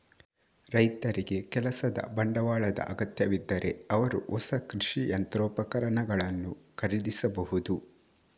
ರೈತರಿಗೆ ಕೆಲಸದ ಬಂಡವಾಳದ ಅಗತ್ಯವಿದ್ದರೆ ಅವರು ಹೊಸ ಕೃಷಿ ಯಂತ್ರೋಪಕರಣಗಳನ್ನು ಖರೀದಿಸಬಹುದು